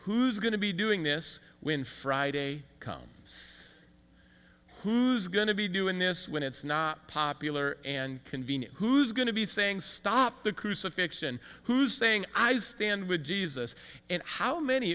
who's going to be doing this when friday comes who's going to be doing this when it's not popular and convenient who's going to be saying stop the crucifixion who's saying i stand with jesus and how many